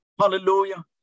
Hallelujah